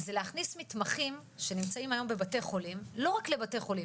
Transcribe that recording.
זה להכניס מתמחים שנמצאים היום בבתי חולים לא רק לבתי חולים.